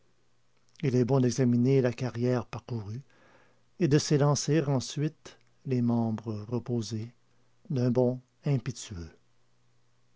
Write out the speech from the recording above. il est bon d'examiner la carrière parcourue et de s'élancer ensuite les membres reposés d'un bond impétueux